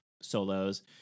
solos